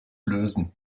lösen